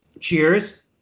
Cheers